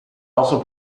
also